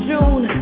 June